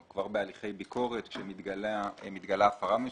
כבר בהליכי ביקורת עת מתגלה הפרה מסוימת,